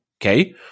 Okay